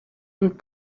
und